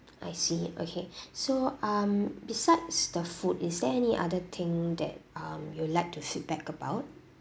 I see okay so um besides the food is there any other thing that um you would like to feedback about